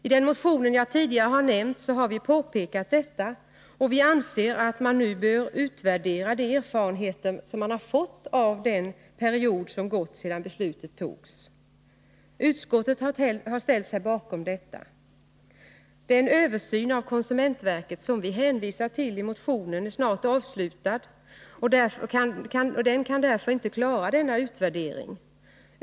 I den motion jag tidigare nämnt har vi påpekat detta, och vi anser att man nu bör utvärdera de erfarenheter man fått under den period som gått sedan beslutet togs. Utskottet har ställt sig bakom detta. Den översyn av konsumentverket som vi hänvisar till i motionen är snart avslutad och kan därför inte klara denna utvärdering.